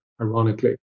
ironically